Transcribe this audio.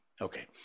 okay